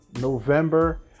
November